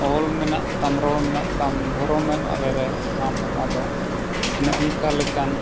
ᱚᱞ ᱢᱮᱱᱟᱜ ᱛᱟᱢ ᱨᱚᱲ ᱢᱮᱱᱟᱜ ᱛᱟᱢ ᱫᱷᱚᱨᱚᱢ ᱮᱢ ᱟᱫᱞᱮᱨᱮ ᱟᱢ ᱦᱚᱸᱢ ᱟᱫᱚᱜ ᱚᱱᱮ ᱚᱱᱠᱟ ᱞᱮᱠᱟᱱ